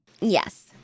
Yes